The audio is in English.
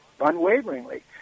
unwaveringly